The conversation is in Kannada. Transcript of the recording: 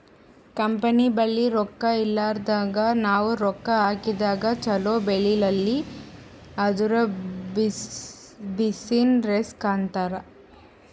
ಕಂಪನಿ ಬಲ್ಲಿ ರೊಕ್ಕಾ ಇರ್ಲಾರ್ದಾಗ್ ನಾವ್ ರೊಕ್ಕಾ ಹಾಕದಾಗ್ ಛಲೋ ಬೆಳಿಲಿಲ್ಲ ಅಂದುರ್ ಬೆಸಿಸ್ ರಿಸ್ಕ್ ಅಂತಾರ್